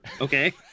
okay